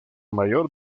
mayor